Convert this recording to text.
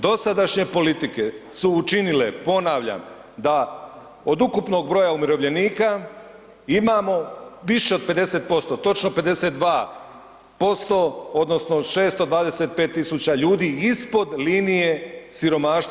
Dosadašnje politike su učinile, ponavljam da od ukupnog broja umirovljenika imamo više od 50% točno 52% odnosno 625.000 ljudi ispod linije siromaštva.